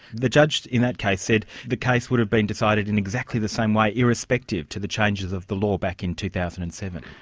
the judge in that case said the case would have been decided in exactly the same way irrespective of the changes of the law back in two thousand and seven.